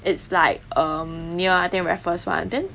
it's like um near I think raffles [one] then